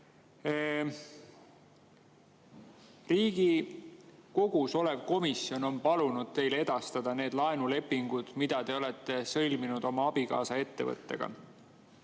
Riigikogus olev komisjon on palunud teil edastada need laenulepingud, mida te olete sõlminud oma abikaasa ettevõttega.